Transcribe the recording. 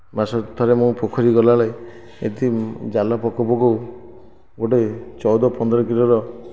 ମାସକୁ ଥରେ ମୁଁ ପୋଖରୀ ଗଲାବେଳେ ସେଠି ଜାଲ ପକାଉ ପକାଉ ଗୋଟିଏ ଚଉଦ ପନ୍ଦର କିଲୋର